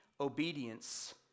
obedience